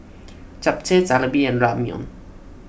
Japchae Jalebi and Ramyeon